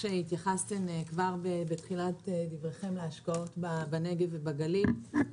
כיוון שאתם הולכים להיות מושקעים בשני מיליארדי